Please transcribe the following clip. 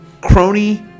crony